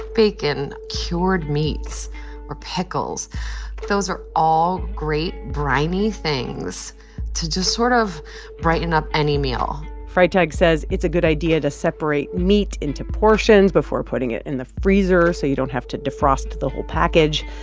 bacon, cured meats or pickles those are all great, briny things to just sort of brighten up any meal freitag says it's a good idea to separate meat into portions before putting it in the freezer so you don't have to defrost the whole package,